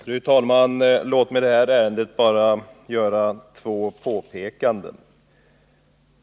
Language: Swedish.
Fru talman! Låt mig i det här ärendet bara göra två påpekanden.